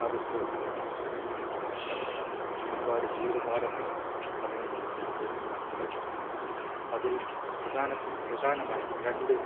ആ പുസ്തകത്തിൽ നിന്നും നമുക്ക് മനസ്സിലാവുന്നതാണ് ഒരുപാട് ജീവിത പാഠങ്ങൾ അതിൽ നിന്നും നമുക്ക് മനസ്സിലാക്കാം അതിൽ പ്രധാന പ്രധാനമായും രണ്ട്